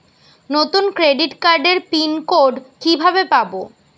নতুন ক্রেডিট কার্ডের pin code কিভাবে পাব?